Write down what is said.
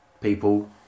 people